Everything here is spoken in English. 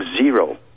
zero